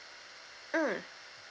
mm